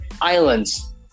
islands